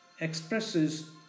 expresses